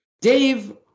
Dave